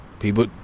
People